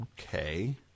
Okay